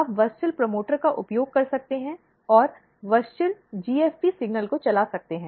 आप WUSCHEL promoter का उपयोग कर सकते हैं और WUSCHEL GFP सिग्नल को चला सकते हैं